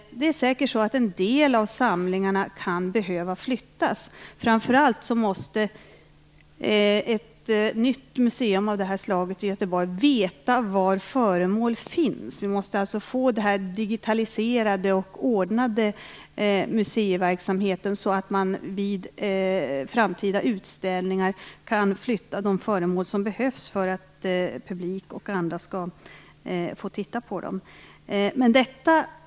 Det är säkert så att en del av samlingarna kan behöva flyttas, men framför allt måste man på ett nytt museum av det här slaget i Göteborg veta var föremål finns. Vi måste alltså få museiverksamheten digitaliserad och ordnad, så att man vid framtida utställningar kan flytta de föremål som behövs för att publik och andra skall få titta på dem.